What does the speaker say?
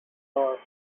all